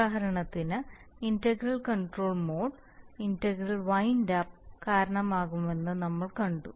ഉദാഹരണത്തിന് integral control mode integral wind അപ്പിന് കാരണമാകുമെന്ന് നമ്മൾ കണ്ടു